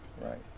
Right